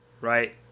right